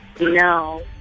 no